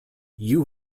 you